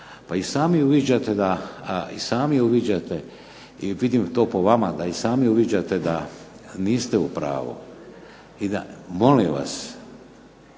od tih zakona. Pa i sami uviđate i vidim to po vama da i sami uviđate da niste u pravu. Molim vas.